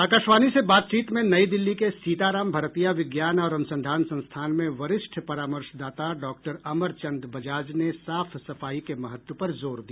आकाशवाणी से बातचीत में नई दिल्ली के सीताराम भरतिया विज्ञान और अनुसंधान संस्थान में वरिष्ठ परामर्शदाता डॉक्टर अमर चन्द बजाज ने साफ सफाई के महत्व पर जोर दिया